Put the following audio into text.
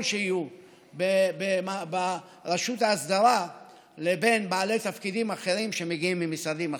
שיהיו ברשות ההסדרה לבין בעלי תפקידים אחרים שמגיעים ממשרדים אחרים.